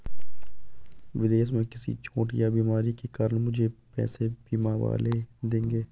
विदेश में किसी चोट या बीमारी के कारण मुझे पैसे बीमा वाले देंगे